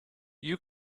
you